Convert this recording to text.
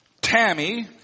Tammy